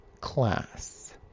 class